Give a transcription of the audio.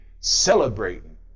Celebrating